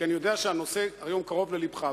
כי אני יודע שהנושא קרוב היום ללבך.